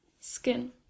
Skin